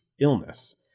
illness